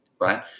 right